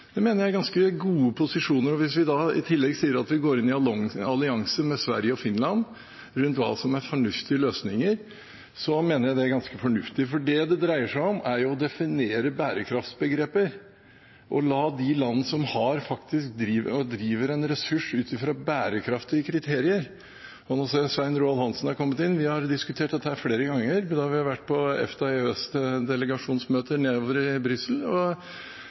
Det mener jeg er ganske gode posisjoner. Hvis vi da i tillegg sier at vi går inn i allianse med Sverige og Finland rundt hva som er fornuftige løsninger, mener jeg det er ganske fornuftig. Det det dreier seg om, er jo å definere bærekraftbegrepet og la land faktisk drive en ressurs ut fra bærekraftige kriterier. – Nå ser jeg at Svein Roald Hansen er kommet inn. Vi har diskutert dette flere ganger når vi har vært på EFTA- og EØS-delegasjonsmøter i Brussel, og